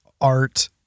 art